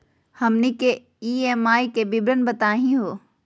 हमनी के ई.एम.आई के विवरण बताही हो?